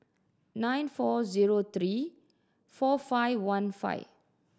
nine four zero three four five one five